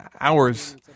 hours